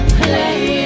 play